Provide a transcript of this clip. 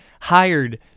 hired